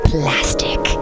plastic